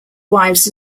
wives